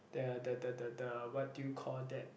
the the the the the what do you call that